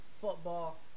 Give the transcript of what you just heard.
football